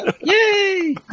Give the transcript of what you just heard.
Yay